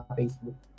facebook